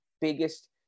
biggest